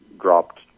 dropped